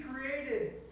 created